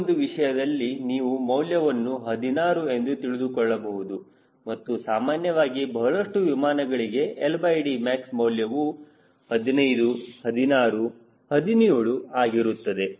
ಈ ಒಂದು ಪ್ರಶ್ನೆಯಲ್ಲಿ ನೀವು ಮೌಲ್ಯವನ್ನು 16 ಎಂದು ತಿಳಿದುಕೊಳ್ಳಬಹುದು ಮತ್ತು ಸಾಮಾನ್ಯವಾಗಿ ಬಹಳಷ್ಟು ವಿಮಾನಗಳಿಗೆ LDmax ಮೌಲ್ಯವು 15 16 17 ಆಗಿರುತ್ತದೆ